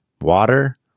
water